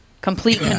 Complete